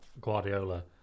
Guardiola